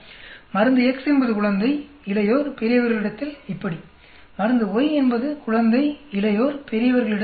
மருந்து X என்பது குழந்தை இளையவர்கள் பெரியவர்களிடத்தில் இப்படி மருந்து Y என்பது குழந்தை இளையவர்கள் பெரியவர்களிடத்தில் இப்படி